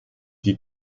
die